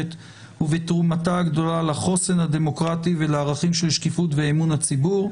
ובתרומתה הגדולה לחוסן הדמוקרטי ולערכים של שקיפות ואמון הציבור.